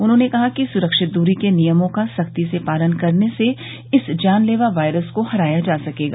उन्होंने कहा कि सुरक्षित दूरी के नियमों का सख्ती से पालन करने से इस जानलेवा वायरस को हराया जा सकेगा